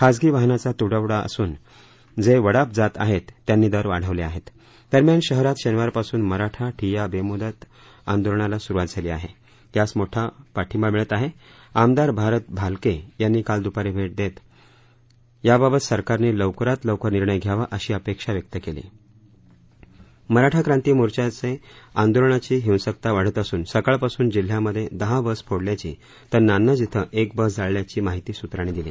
खासगी वाहनाचा तुटवड़ा असून जे वडाप जात आहेत त्यानी दर वाढवले आहेत दरम्यान शहरात शनिवार पासून मराठा ठिय्या बेमुदत आंदोलनास सुरुवात झाली आहे यास मोठा पाठिंबा मिळत आहे आमदार भारत भालके यानी काल दुपारी भेट देत मागण्यांबाबत सरकारने लवकर निर्णय घ्यावा अशी अपेक्षा व्यक्त केली मराठा क्रांती मोर्चाच्या आंदोलनाची हिंसकता वाढत असून सकाळपासून जिल्ह्यामध्ये दहा बस फोडल्याची तर नान्नज येथे एक बस जाळल्याची माहिती सूत्रांनी दिली